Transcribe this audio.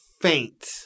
faint